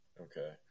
okay